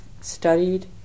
studied